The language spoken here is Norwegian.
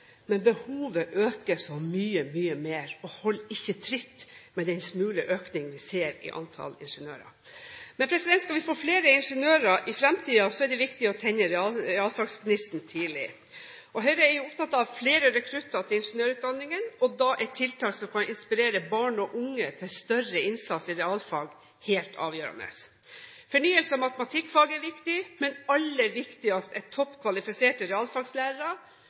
mye, mye mer og holder ikke tritt med den smule økning vi ser i antall ingeniører. Men skal vi få flere ingeniører i fremtiden, er det viktig å tenne realfaggnisten tidlig. Høyre er opptatt av flere rekrutter til ingeniørutdanningen, og da er tiltak som kan inspirere barn og unge til større innsats i realfag, helt avgjørende. Fornyelse av matematikkfaget er viktig, men aller viktigst er